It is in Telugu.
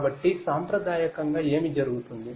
కాబట్టి సాంప్రదాయకంగా ఏమి జరుగుతుంది